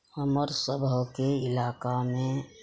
हमर सभके इलाकामे